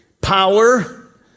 Power